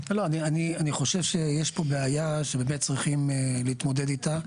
אני חושב שיש פה בעיה שבאמת צריכים להתמודד איתה.